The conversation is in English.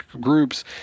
groups